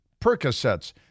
Percocets